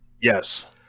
Yes